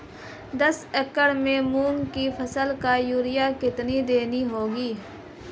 दस एकड़ में मूंग की फसल को यूरिया कितनी देनी होगी?